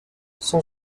son